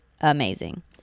amazing